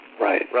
right